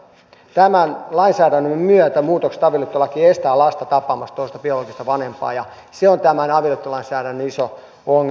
tämän lainsäädännön myötä muutokset avioliittolakiin estävät lasta tapaamasta toista biologista vanhempaansa ja se on tämän avioliittolainsäädännön iso ongelmakohta